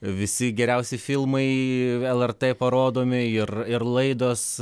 visi geriausi filmai lrt parodomi ir ir laidos